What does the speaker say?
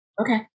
Okay